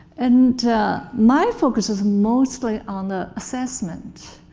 and my focus is mostly on the assessment.